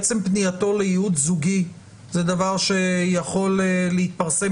עצם פנייתו לייעוץ זוגי זה דבר שיכול להתפרסם